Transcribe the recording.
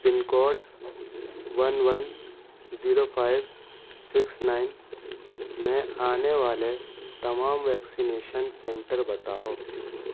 پن code one one zero five six nine میں آنے والے تمام ویکسینیشن سنٹر بتاؤ